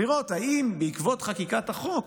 לראות אם בעקבות חקיקת החוק